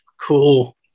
cool